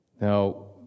Now